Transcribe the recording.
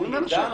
אני עונה לשאלה.